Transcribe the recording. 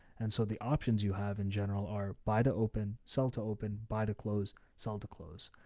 and so the options you have in general are buy to open, sell, to open, buy, to close, sell, to close.